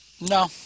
No